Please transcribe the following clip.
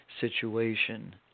situation